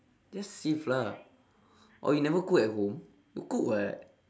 just save lah orh you never cook at home you cook [what]